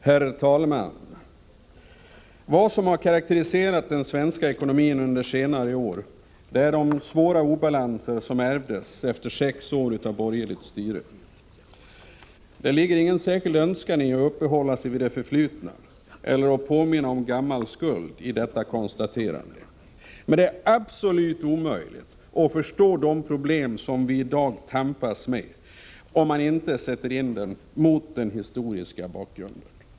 Herr talman! Vad som har karakteriserat den svenska ekonomin under senare år är de svåra obalanser som ärvdes efter sex år av borgerligt styre. Det ligger ingen särskild önskan att uppehålla sig vid det förflutna eller att påminna om gammal skuld i detta konstaterande. Men det är absolut omöjligt att förstå de problem som vi i dag tampas med, om man inte sätter in dem i deras historiska sammanhang.